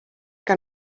que